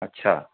अच्छा